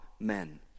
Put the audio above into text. Amen